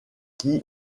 qui